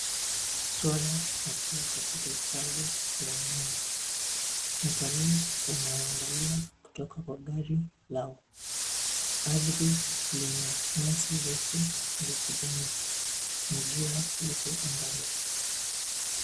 Swara wakiwa katika hifadhi ya wanyama, watalii wanawaangalia kutoka kwa gari lao. Ardhi lina nyasi refu za kijani na jua lipo angani.